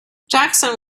jackson